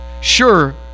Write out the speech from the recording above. Sure